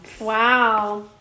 Wow